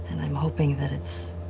and i'm hoping that it's